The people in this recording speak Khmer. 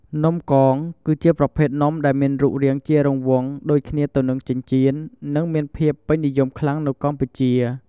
នំកងគឺជាប្រភេទនំដែលមានរូបរាងជារង្វង់ដូចគ្នាទៅនឹងចិញ្ចៀន និងមានភាពពេញនិយមខ្លាំងនៅកម្ពុជា។